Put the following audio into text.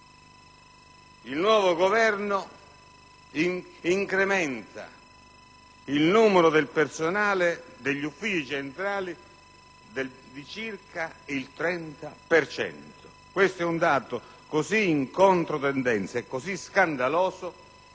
il nuovo Governo incrementa il numero del personale degli uffici centrali di circa il 30 per cento. È un dato così in controtendenza e così scandaloso